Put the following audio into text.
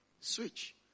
Switch